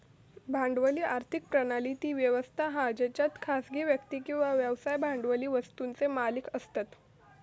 भांडवली आर्थिक प्रणाली ती व्यवस्था हा जेच्यात खासगी व्यक्ती किंवा व्यवसाय भांडवली वस्तुंचे मालिक असतत